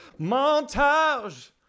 Montage